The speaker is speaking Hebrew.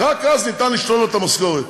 רק אז ניתן לשלול לו את המשכורת.